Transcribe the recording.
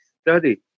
study